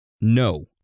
no